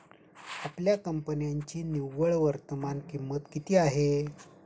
आपल्या कंपन्यांची निव्वळ वर्तमान किंमत किती आहे?